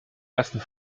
ersten